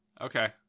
Okay